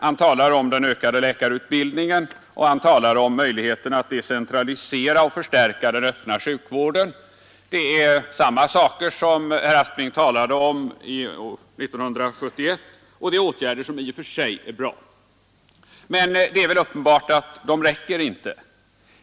Han talar om den ökade läkarutbildningen och om möjligheterna att decentralisera och förstärka den öppna sjukvården. Det är samma saker som herr Aspling talade om 1971, och det är åtgärder som i och för sig är bra. Men det är väl uppenbart att de inte räcker.